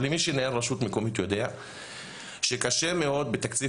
מי שניהל רשות מקומית יודע שקשה מאד בתקציב